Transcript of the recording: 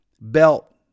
belt